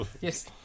yes